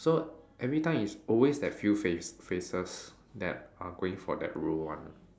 so everytime it's always that few face faces that are going for that role one